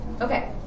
Okay